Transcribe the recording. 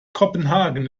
kopenhagen